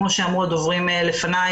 כמו שאמרו הדוברים לפני,